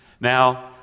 Now